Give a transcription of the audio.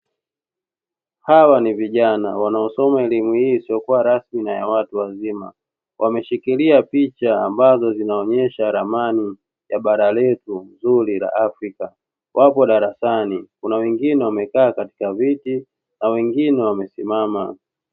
Hawa ni vijana wanaosoma elimu hii isiyokuwa rasmi na ya watu wazima wameshikilia picha ambazo zinaonyesha ramani ya bara letu nzuri la afrika wapo darasani kuna wengine wamekaa katika viti na wengine wamesimama.